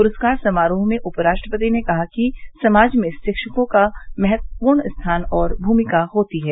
पुरस्कार समारोह में उपराष्ट्रपति ने कहा कि समाज में शिक्षकों का महत्वपूर्ण स्थान और भूमिका होती है